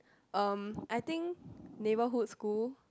um I think neighbourhood school